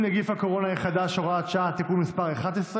נגיף הקורונה החדש (הוראת שעה) (תיקון מס' 11),